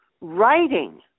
writing